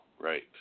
right